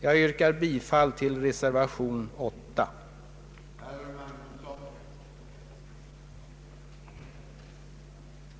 Jag yrkar bifall till reservationen vid denna punkt.